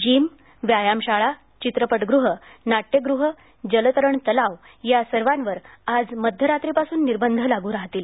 gym व्यायामशाळा चित्रपटगृहं नाट्यगृह जलतरण तलाव या सर्वांवर आज मध्यरात्रीपासून निर्बंध लागू राहतील